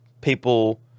people